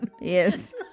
Yes